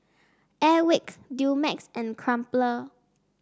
Airwick Dumex and Crumpler